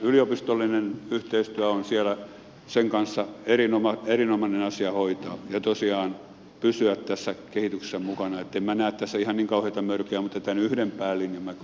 yliopistollinen yhteistyö on siellä sen kanssa erinomainen asia hoitaa ja tosiaan pysyä tässä kehityksessä mukana niin että en minä näe tässä ihan niin kauheata mörköä mutta tämän yhden päälinjan minä kyllä tässä näen